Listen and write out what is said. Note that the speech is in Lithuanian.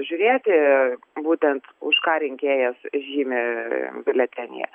žiūrėti būtent už ką rinkėjas žymi biuletenyje